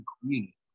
community